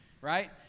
right